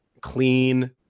clean